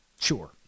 Sure